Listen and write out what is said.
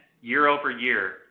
year-over-year